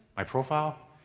my profile.